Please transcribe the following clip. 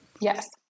Yes